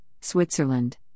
Switzerland